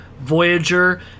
Voyager